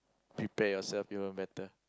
prepare yourself become a better